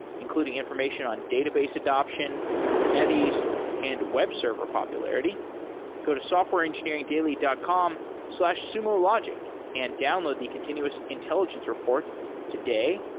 including information on database adoption, kubernetes and web server popularity go to softwareengineeringdaily dot com slash sumologic and download the continuous intelligence report today.